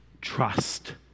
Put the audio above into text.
trust